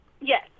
Yes